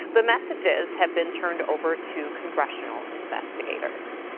the messages have been turned over to congressional investigators.